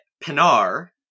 Pinar